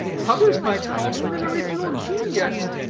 others might call him an original genius.